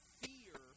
fear